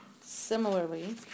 Similarly